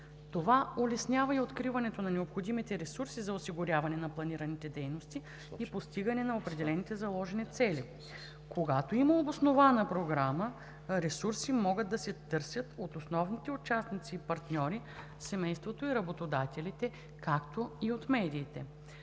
Това улеснява и откриването на необходимите ресурси за осигуряване на планираните дейности и постигане на определените заложени цели. Когато има обоснована програма, ресурси могат да се търсят от основните участници и партньори – семейството и работодателите, както и от медиите.